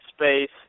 space